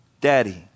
daddy